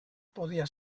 podia